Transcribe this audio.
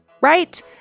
right